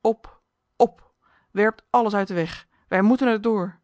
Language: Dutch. onbarmhartiglijk op op werpt alles uit de weg wij moeten erdoor